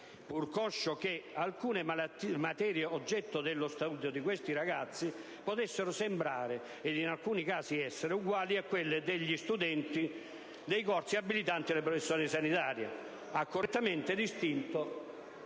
pur conscio che alcune materie oggetto dello studio di questi ragazzi potessero sembrare, ed in alcuni casi essere, uguali a quelle degli studenti dei corsi abilitanti alle professioni sanitarie - ha correttamente distinto